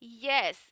Yes